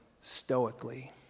stoically